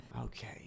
Okay